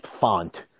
font